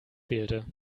fehlte